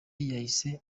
yahise